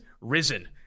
risen